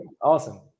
Awesome